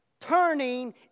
Turning